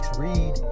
read